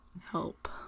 Help